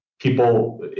people